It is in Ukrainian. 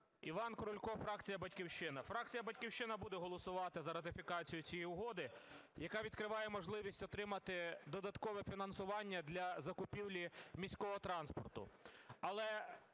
Іван Крулько, фракція "Батьківщина". Фракція "Батьківщина" буде голосувати за ратифікацію цієї угоди, яка відкриває можливість отримати додаткове фінансування для закупівлі міського транспорту.